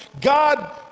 God